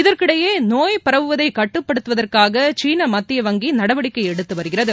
இதற்கிடையே நோய் பரவுவதைகட்டுப்படுத்துவதற்காகசீனமத்திய வங்கிநடவடிக்கைஎடுத்துவருகிறது